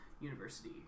university